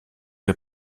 wir